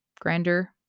grander